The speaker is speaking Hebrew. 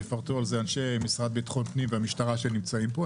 יפרטו על זה אנשי המשרד לביטחון פנים והמשטרה שנמצאים פה,